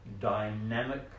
dynamic